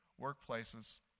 workplaces